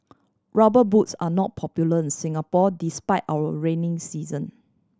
Rubber Boots are not popular in Singapore despite our rainy season